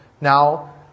now